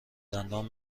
دندان